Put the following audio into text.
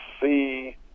see